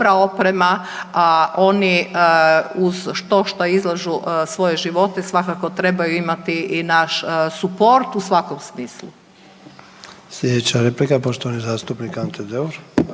dobra oprema, oni uz štošta izlažu svoje živote. Svakako trebaju imati i naš suport u svakom smislu. **Sanader, Ante (HDZ)** Slijedeća replika poštovani zastupnik Ante Deur.